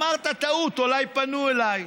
אמרת: טעות, אולי פנו אליי.